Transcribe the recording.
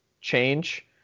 change